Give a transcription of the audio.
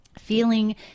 feeling